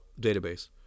database